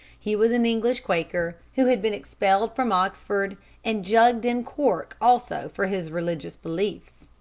he was an english quaker who had been expelled from oxford and jugged in cork also for his religious belief.